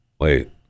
Wait